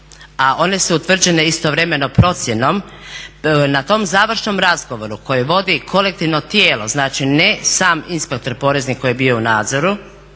a one su utvrđene istovremeno procjenom na tom završnom razgovoru koje vodi kolektivno tijelo ne sam inspektor porezni koji je bio u nadzoru